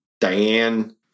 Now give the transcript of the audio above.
Diane